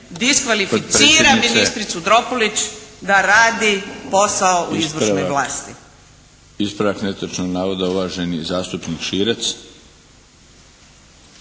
diskvalificira ministricu Dropulić da radi posao u izvršnoj vlasti.